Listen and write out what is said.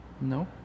No